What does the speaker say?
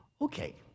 Okay